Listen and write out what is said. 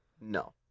No